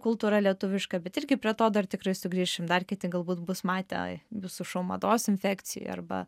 kultūra lietuviška bet irgi prie to dar tikrai sugrįšim dar kiti galbūt bus matę jūsų šou mados infekcijoj arba